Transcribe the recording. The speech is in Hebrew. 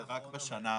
זה רק בשנה האחרונה,